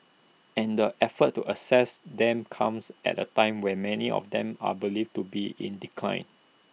and the effort to assess them comes at A time when many of them are believed to be in decline